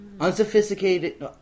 Unsophisticated